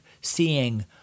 seeing